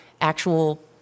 actual